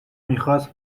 میخواست